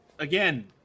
Again